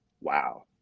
wow